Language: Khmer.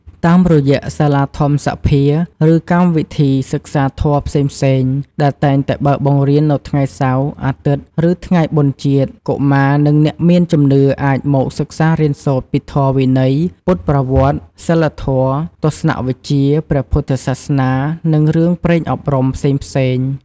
តាមរយៈសាលាធម្មសភា ឬកម្មវិធីសិក្សាធម៌ផ្សេងៗ ដែលតែងតែបើកបង្រៀននៅថ្ងៃសៅរ៍ អាទិត្យ ឬថ្ងៃបុណ្យជាតិ កុមារ និងអ្នកមានជំនឿអាចមកសិក្សារៀនសូត្រពីធម៌វិន័យ ពុទ្ធប្រវត្តិ សីលធម៌ ទស្សនៈវិជ្ជាព្រះពុទ្ធសាសនា និងរឿងព្រេងអប់រំផ្សេងៗ។